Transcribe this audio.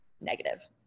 negative